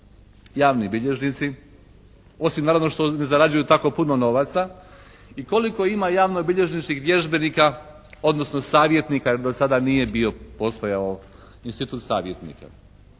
javni bilježnici osim naravno što zarađuju tako puno novaca i koliko ima javnobilježničkih vježbenika odnosno savjetnika jer do sada nije bio, postojao institut savjetnika.